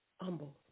humble